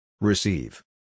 Receive